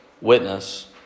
witness